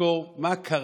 פינדרוס (יהדות התורה): ברשותך,